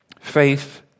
faith